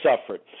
suffered